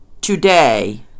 Today